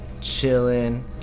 Chilling